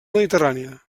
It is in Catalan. mediterrània